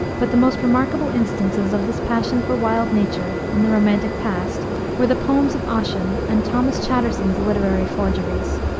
but the most remarkable instances of this passion for wild nature and the romantic past were the poems of ossian and thomas chatterton's literary forgeries.